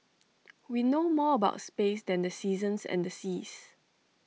we know more about space than the seasons and the seas